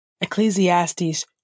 Ecclesiastes